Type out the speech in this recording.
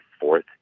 fourth